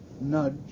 nudge